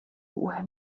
woher